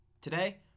Today